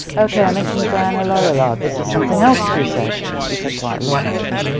okay i mentioned diana laurillard, this is something else she said, she said quite a lot actually.